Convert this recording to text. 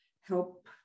help